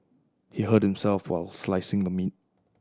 he hurt himself while slicing the meat